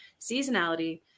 seasonality